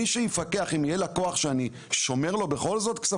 אם בכל זאת יהיה לקוח שאני שומר לו כספים,